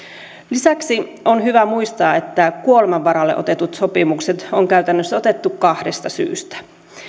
lisäksi on hyvä muistaa että kuoleman varalle otetut sopimukset on käytännössä otettu kahdesta syystä